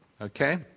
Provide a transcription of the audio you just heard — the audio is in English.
Okay